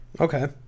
Okay